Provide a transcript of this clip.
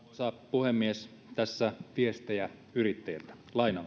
puhemies tässä viestejä yrittäjiltä